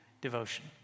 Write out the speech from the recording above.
devotion